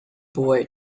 boy